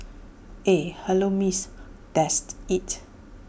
eh hello miss dest IT